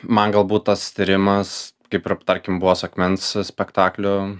man galbūt tas tyrimas kaip ir tarkim buvo su akmens spektakliu